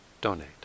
donate